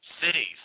cities